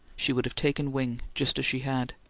she would have taken wing, just as she had.